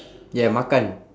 ya makan